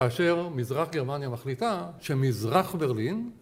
כאשר מזרח גרמניה מחליטה שמזרח ברלין